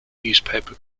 newspaper